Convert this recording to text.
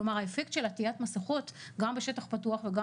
כלומר האפקט של עטיית מסכות גם בשטח פתוח וגם